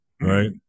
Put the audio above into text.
right